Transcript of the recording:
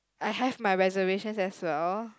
I have my reservations as well